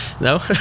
No